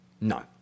no